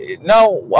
now